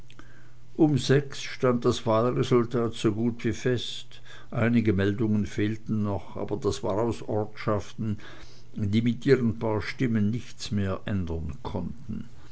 um sechs stand das wahlresultat so gut wie fest einige meldungen fehlten noch aber das war aus ortschaften die mit ihren paar stimmen nichts mehr ändern konnten